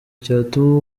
cyatuma